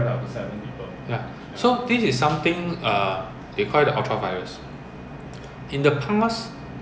so there are those new license !huh! their license don't have this limitation of seven or eight people thing